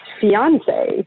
fiance